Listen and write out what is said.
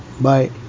Bye